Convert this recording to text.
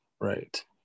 right